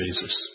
Jesus